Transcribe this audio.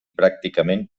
pràcticament